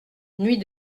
nuit